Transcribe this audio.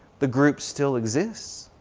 the group still exists,